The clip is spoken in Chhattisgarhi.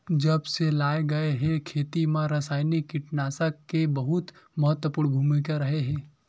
जब से लाए गए हे, खेती मा रासायनिक कीटनाशक के बहुत महत्वपूर्ण भूमिका रहे हे